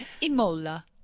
Imola